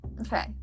Okay